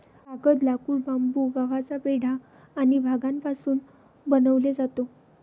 कागद, लाकूड, बांबू, गव्हाचा पेंढा आणि भांगापासून बनवले जातो